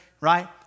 right